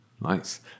Nice